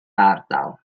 ardal